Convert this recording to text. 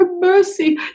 Mercy